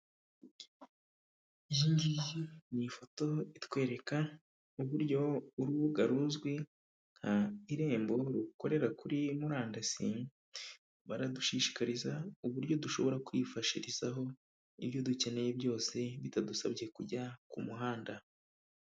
Iyi ngiyi ni ifoto itwereka, uburyo urubuga ruzwi nka Irembo rukorera kuri murandasi, baradushishikariza uburyo dushobora kwifashirizaho ibyo dukeneye byose bitadusabye kujya ku muhanda.